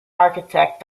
architect